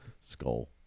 skull